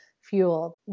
fuel